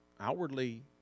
outwardly